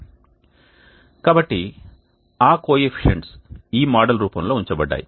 కాబట్టి ఆ కోఎఫీషియంట్స్ ఈ మోడల్ రూపం లో ఉంచబడ్డాయి